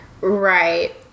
Right